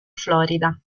florida